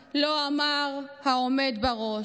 לא אמר העומד בראש: